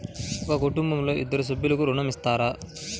ఒక కుటుంబంలో ఇద్దరు సభ్యులకు ఋణం ఇస్తారా?